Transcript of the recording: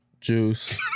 Juice